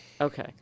Okay